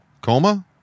Coma